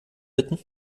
bitten